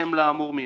בהתאם לייאמר מיד.